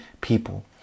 people